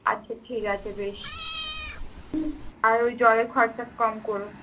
আচ্ছা ঠিক আছে বেশ আর ওই জলের খরচা কম কোরো